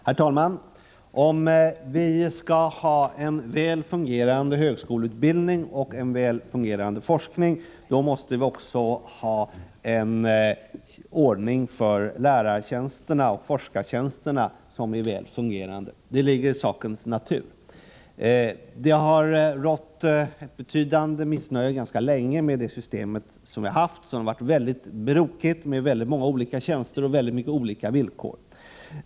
Herr talman! Om vi skall ha en väl fungerande högskoleutbildning och forskning måste vi också ha en väl fungerande ordning för läraroch forskartjänsterna. Det ligger i sakens natur. Det har ganska länge rått ett betydande missnöje med det nuvarande systemet, som har varit mycket brokigt, med många olika tjänster och villkor.